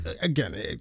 again